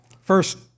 first